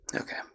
okay